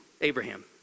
Abraham